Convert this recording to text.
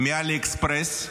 מעלי אקספרס,